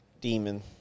demon